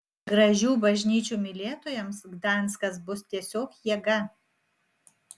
gražių bažnyčių mylėtojams gdanskas bus tiesiog jėga